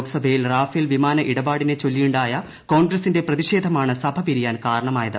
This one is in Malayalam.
ലോക്സഭയിൽ റാഫേൽ വിമാന ഇടപാടിനെ ചൊല്ലിയുണ്ടായ കോൺഗ്രസിന്റെ പ്രതിഷേധമാണ് സഭ പിരിയാൻ കാരണമായത്